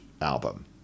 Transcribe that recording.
album